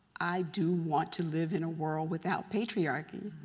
i do want to live in a world without patriarchy,